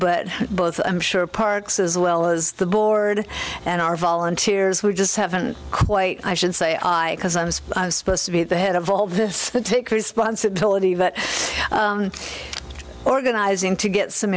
but both i'm sure parks as well as the board and our volunteers we just haven't quite i should say i because i was supposed to be the head of all this to take responsibility but organizing to get some